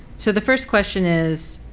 so the first question is